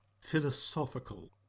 Philosophical